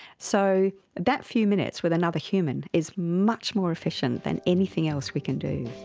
so that few minutes with another human is much more efficient than anything else we can do.